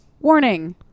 warning